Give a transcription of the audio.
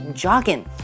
jogging